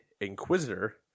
Inquisitor